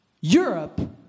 Europe